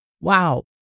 Wow